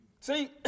See